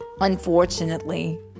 Unfortunately